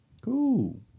Cool